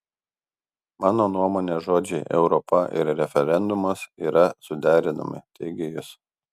mano nuomone žodžiai europa ir referendumas yra suderinami teigė jis